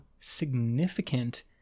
significant